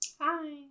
Hi